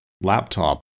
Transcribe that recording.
laptop